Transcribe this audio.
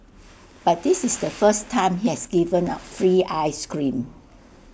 but this is the first time he has given out free Ice Cream